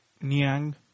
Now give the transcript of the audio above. Niang